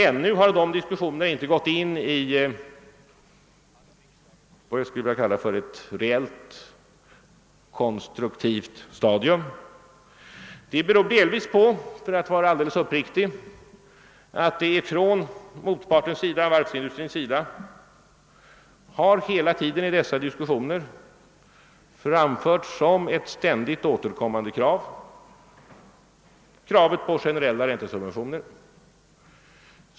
Ännu har de diskussionerna inte gått in i vad jag skulle vilja kalla för ett reellt konstruktivt stadium. Det beror delvis på — för att vara alldeles uppriktig — att motparten, d.v.s. varvsindustrin, i dessa diskussioner ständigt framfört kravet på generella räntesubventioner.